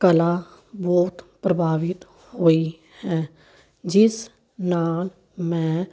ਕਲਾ ਬਹੁਤ ਪ੍ਰਭਾਵਿਤ ਹੋਈ ਹੈ ਜਿਸ ਨਾਲ ਮੈਂ